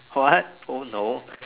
what oh no